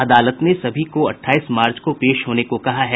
अदालत ने सभी को अठाईस मार्च को पेश होने को कहा है